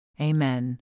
Amen